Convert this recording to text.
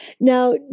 now